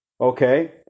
Okay